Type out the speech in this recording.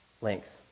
length